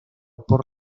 por